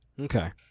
Okay